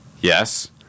Yes